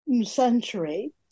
century